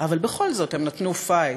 אבל בכל זאת הם נתנו "פייט"